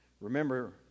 Remember